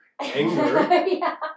anger